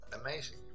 amazing